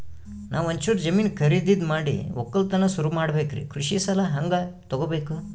ನಾ ಒಂಚೂರು ಜಮೀನ ಖರೀದಿದ ಮಾಡಿ ಒಕ್ಕಲತನ ಸುರು ಮಾಡ ಬೇಕ್ರಿ, ಕೃಷಿ ಸಾಲ ಹಂಗ ತೊಗೊಬೇಕು?